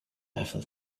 eiffel